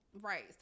Right